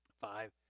five